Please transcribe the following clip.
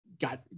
got